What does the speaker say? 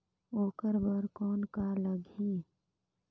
ओकर बर कौन का लगी?